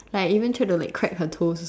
like even tried to like crack her toe